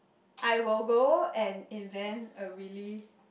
I will go and invent a really